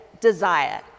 desire